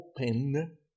open